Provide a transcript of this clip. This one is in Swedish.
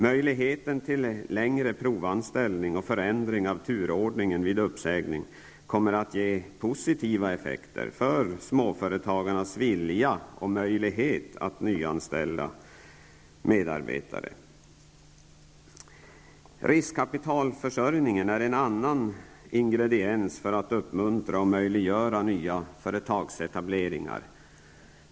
Möjligheten till förlängd provanställningstid och förändring av turordningen vid uppsägning kommer att ha positiva effekter på småföretagares vilja och möjlighet att nyanställa medarbetare. Riskkapitalförsörjningen är en annan ingrediens för att uppmuntra och möjliggöra nya företagsetableringar.